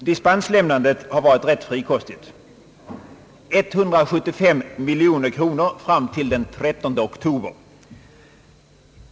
Dispenslämnandet har varit rätt frikostigt, nämligen 175 miljoner kronor fram till den 13 oktober.